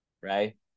right